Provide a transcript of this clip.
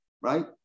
right